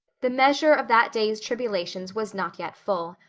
the measure of that day's tribulations was not yet full.